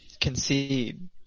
concede